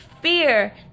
fear